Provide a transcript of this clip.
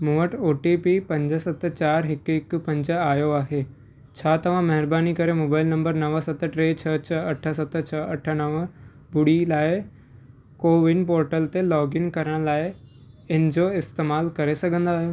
मूं वटि O T P पंज सत चार हिक हिक पंज आयो आहे छा तव्हां महिरबानी करे मोबाइल नंबर नव सत टे छह छह अठ सत छह अठ नव ॿुड़ी लाइ कोविन पोर्टल ते लोगइन करण लाइ इनजो इस्तेमाल करे सघंदा आहियो